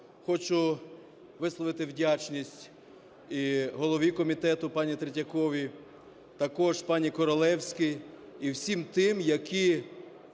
Хочу висловити вдячність і голові комітету пані Третьяковій, також пані Королевській і всім тим, які